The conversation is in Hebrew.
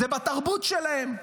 זה בתרבות שלהם,